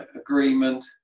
agreement